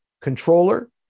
controller